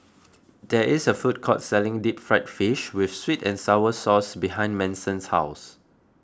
there is a food court selling Deep Fried Fish with Sweet and Sour Sauce behind Manson's house